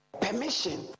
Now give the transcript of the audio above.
Permission